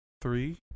Three